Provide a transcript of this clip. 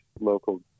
local